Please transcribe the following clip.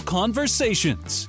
conversations